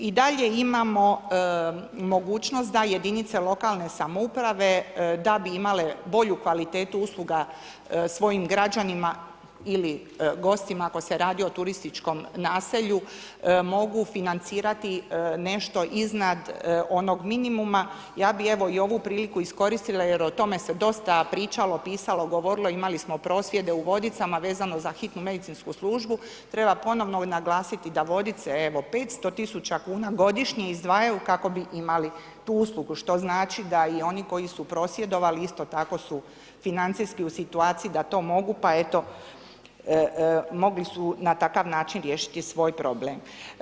I dalje imamo mogućnost da jedinice lokalne samouprave da bi imale bolju kvalitetu usluga svojim građanima ili gostima ako se radi o turističkom naselju mogu financirati nešto iznad onog minimuma, ja bih evo i ovu priliku iskoristila jer o tome se dosta pričalo, pisalo, govorilo, imali smo prosvjede u Vodicama vezano za hitnu medicinsku službu, treba ponovno naglasiti da Vodice evo, 500 tisuća kuna godišnje izdvajaju kako bi imali tu uslugu, što znači da i oni koji su prosvjedovali isto tako su financijski u situaciji da to mogu, pa eto mogli su na takav način riješiti svoj problem.